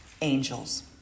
angels